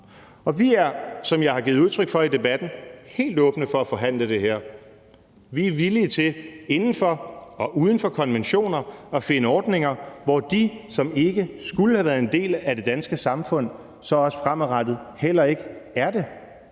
Vi er, som jeg har givet udtryk for i debatten, helt åbne for at forhandle det her. Vi er villige til inden for og uden for konventionerne at finde ordninger, hvor de, som ikke skulle have været en del af det danske samfund, så også fremadrettet heller ikke er det.